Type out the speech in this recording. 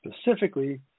specifically